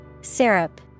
Syrup